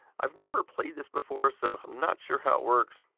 i've never played this before, so i'm not sure how it works.